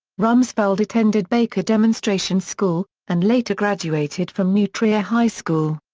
rumsfeld attended baker demonstration school, and later graduated from new trier high school.